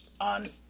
on